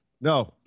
No